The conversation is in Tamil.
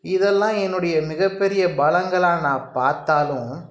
இதெல்லாம் என்னுடைய மிகப்பெரிய பலங்களாக நான் பார்த்தாலும்